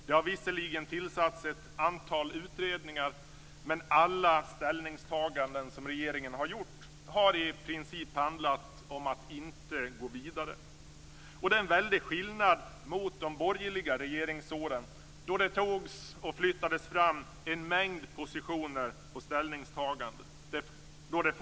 Det har visserligen tillsatts ett antal utredningar, men alla ställningstaganden som regeringen gjort har i princip handlat om att inte gå vidare. Det är en väldig skillnad mot de borgerliga regeringsåren, då en mängd positioner flyttades fram och ställningstaganden gjordes.